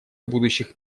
будущих